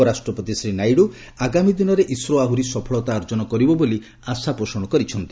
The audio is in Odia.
ଉପରାଷ୍ଟ୍ରପତି ଶ୍ରୀ ନାଇଡୁ ଆଗାମୀ ଦିନରେ ଇସ୍ରୋ ଆହୁରି ସଫଳତା ଅର୍ଜନ କରିବ ବୋଲି ଆଶାପୋଷଣ କରିଛନ୍ତି